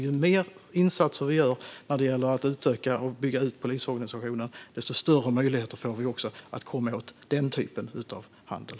Ju fler insatser vi gör när det gäller att bygga ut polisorganisationen, desto större möjligheter får vi att komma åt den typen av handel.